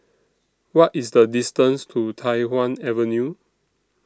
What IS The distance to Tai Hwan Avenue